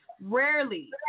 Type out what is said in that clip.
Rarely